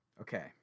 Okay